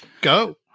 Go